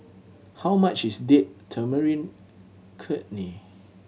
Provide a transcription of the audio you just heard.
how much is Date Tamarind